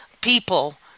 people